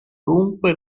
dunque